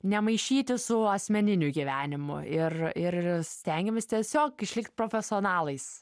nemaišyti su asmeniniu gyvenimu ir ir stengiamės tiesiog išlikt profesionalais